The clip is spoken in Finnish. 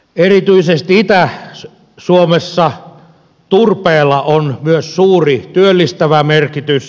erityisesti itä suomessa turpeella on myös suuri työllistävä merkitys